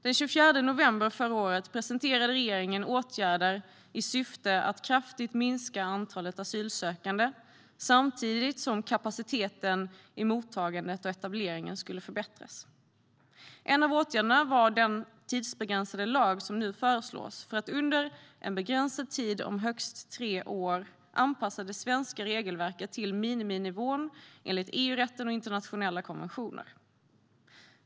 Den 24 november förra året presenterade regeringen åtgärder i syfte att kraftigt minska antalet asylsökande samtidigt som kapaciteten i mottagandet och etableringen skulle förbättras. En av åtgärderna var den tidsbegränsade lag som nu föreslås för att under en begränsad tid om högst tre år anpassa det svenska regelverket till miniminivån enligt EU-rätten och internationella konventioner.